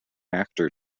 actor